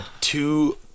two